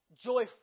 joyful